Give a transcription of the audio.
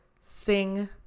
sing